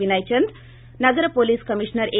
వినయ్ చంద్ నగర police commissioner ఆ